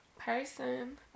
person